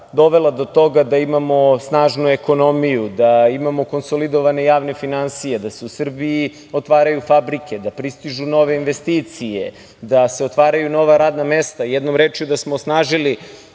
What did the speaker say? dovela do toga da imamo snažnu ekonomiju, da imamo konsolidovane javne finansije, da se u Srbiji otvaraju fabrike, da pristižu nove investicije, da se otvaraju nova radna mesta, jednom rečju da smo osnažili